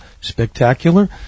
Spectacular